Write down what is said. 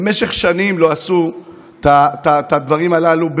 במשך שנים לא עשו את הדברים הללו,